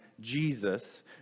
Jesus